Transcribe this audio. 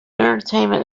entertainment